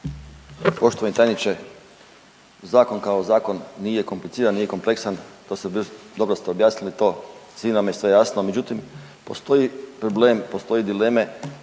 Poštovani tajniče, zakon kao zakon nije kompliciran, nije kompleksan, dobro ste objasnili to, svima nam je sve jasno. Međutim, postoji problem, postoje dileme